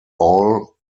all